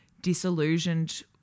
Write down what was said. disillusioned